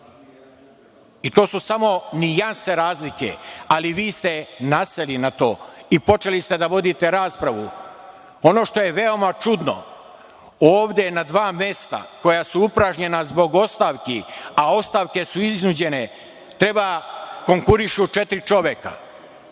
To su samo nijanse razlike, ali vi ste naseli na to i počeli ste da vodite raspravu. Ono što je veoma čudno, ovde je na dva mesta koja su upražnjena zbog ostavki, a ostavke su iznuđene, treba, konkurišu četiri čoveka,